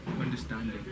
understanding